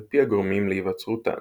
על פי הגורמים להיווצרותן